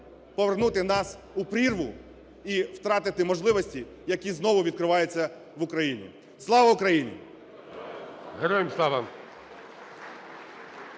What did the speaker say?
повернути нас у прірву і втратити можливості, які знову відкриваються в Україні. Слава Україні! ГОЛОВУЮЧИЙ.